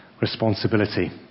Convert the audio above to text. responsibility